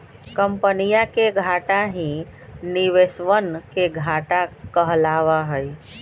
कम्पनीया के घाटा ही निवेशवन के घाटा कहलावा हई